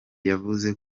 yavuze